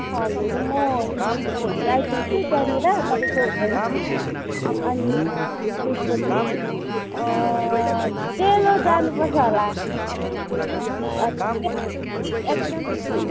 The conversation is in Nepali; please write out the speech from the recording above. हजुर म भोलि आइपुग्छु त्यहाँनिर तपाईँको होटलमा अनि त्यसपछि डेलो जानुपर्छ होला